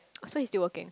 so he still working